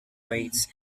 weights